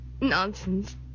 Nonsense